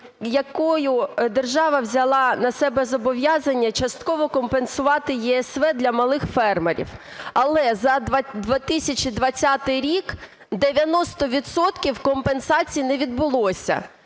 Якою держава взяла на себе зобов'язання частково компенсувати ЄСВ для малих фермерів, але за 2020 рік 90 відсотків компенсацій не відбулося.